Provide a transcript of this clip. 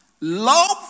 love